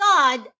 God